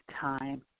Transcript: time